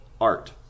Art